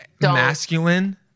masculine